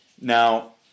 Now